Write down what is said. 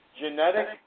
genetic